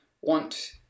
want